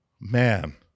Man